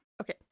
okay